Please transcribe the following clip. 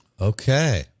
Okay